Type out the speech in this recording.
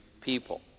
people